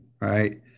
right